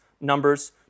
Numbers